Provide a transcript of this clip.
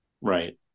Right